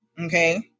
okay